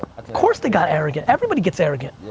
of course they got arrogant. everybody gets arrogant. yeah